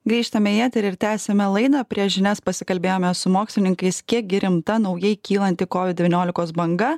grįžtame į eterį ir tęsiame laidą prie žinias pasikalbėjome su mokslininkais kiek gi rimta naujai kylanti covid devyniolikos banga